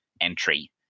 entry